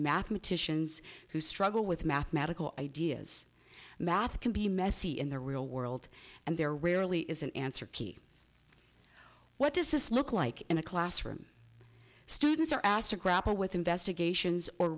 mathematicians who struggle with mathematical ideas and math can be messy in the real world and they're rarely is an answer key what does this look like in a classroom students are asked to grapple with investigations or